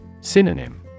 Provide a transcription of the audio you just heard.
Synonym